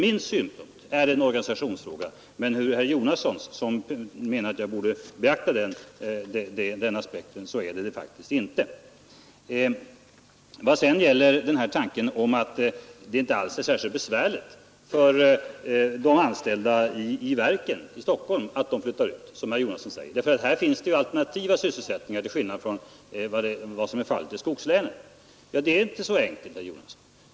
Herr Jonasson säger att det inte alls är särskilt besvärligt med en utflyttning för de anställda inom verken i Stockholm, därför att det här finns alternativa sysselsättningar till skillnad mot vad som är fallet i skogslänen. Men det är inte så enkelt, herr Jonasson.